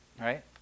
right